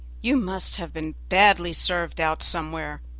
you must have been badly served out somewhere